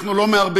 אנחנו לא מערבבים.